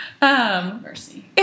mercy